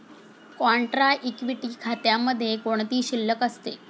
Contra equity खात्यामध्ये कोणती शिल्लक असते?